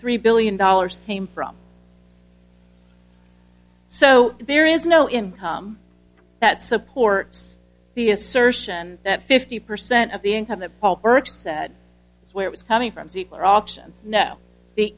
three billion dollars came from so there is no income that supports the assertion that fifty percent of the income that paul kirk said where was coming from are options no the